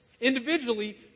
Individually